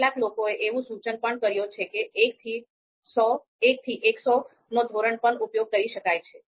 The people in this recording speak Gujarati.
કેટલાક લોકોએ એવું સૂચન પણ કર્યું છે કે 1 થી 100 ધોરણનો પણ ઉપયોગ કરી શકાય છે